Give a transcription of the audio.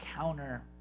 counter